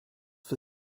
for